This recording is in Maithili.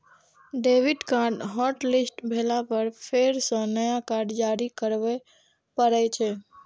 डेबिट कार्ड हॉटलिस्ट भेला पर फेर सं नया कार्ड जारी करबे पड़ै छै